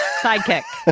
sidekick,